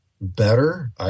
better